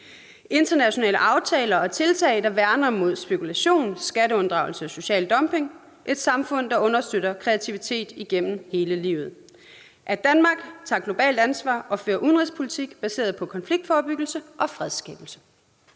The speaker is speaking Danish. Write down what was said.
Internationale aftaler og tiltag, der værner mod spekulation, skatteunddragelse og social dumping. - Et samfund, der understøtter kreativitet igennem hele livet. - At Danmark tager globalt ansvar og fører udenrigspolitik baseret på konfliktforebyggelse og fredsskabelse.«